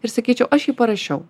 ir sakyčiau aš jį parašiau